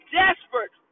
desperate